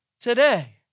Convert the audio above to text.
today